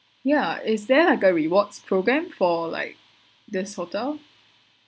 ya is there like a rewards program for like this hotel